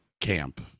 camp